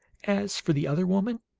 as for the other woman,